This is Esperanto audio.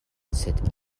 sed